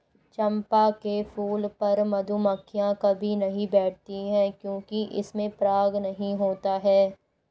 चंपा के फूल पर मधुमक्खियां कभी नहीं बैठती हैं क्योंकि इसमें पराग नहीं होता है